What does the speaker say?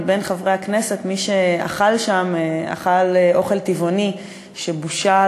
מי מבין חברי הכנסת שאכל שם אכל אוכל טבעוני שבושל